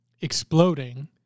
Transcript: exploding